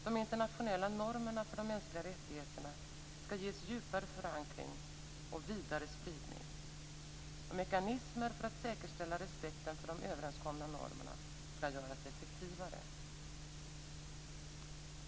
De internationella normerna för de mänskliga rättigheterna skall ges djupare förankring och vidare spridning. 4. Mekanismer för att säkerställa respekten för de överenskomna normerna skall göras effektivare.